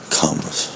comes